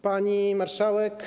Pani Marszałek!